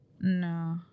No